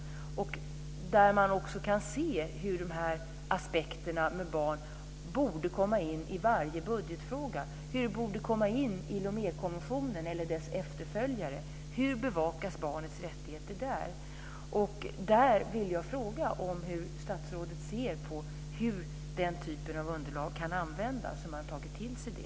Där kan man se hur de här aspekterna borde komma in i varje budgetfråga, hur de borde komma in i Lomékonventionen eller dess efterföljare: Hur bevakas barnets rättigheter där? Där vill jag fråga hur statsrådet ser på hur den typen av underlag kan användas och om man har tagit till sig det.